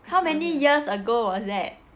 how many years ago was that